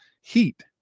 heat